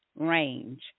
range